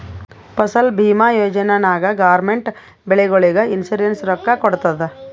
ಫಸಲ್ ಭೀಮಾ ಯೋಜನಾ ನಾಗ್ ಗೌರ್ಮೆಂಟ್ ಬೆಳಿಗೊಳಿಗ್ ಇನ್ಸೂರೆನ್ಸ್ ರೊಕ್ಕಾ ಕೊಡ್ತುದ್